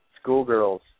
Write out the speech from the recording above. schoolgirls